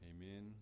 Amen